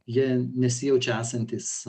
jie nesijaučia esantys